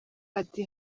ati